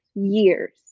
years